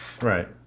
Right